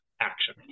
action